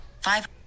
five